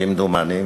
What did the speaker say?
כמדומני.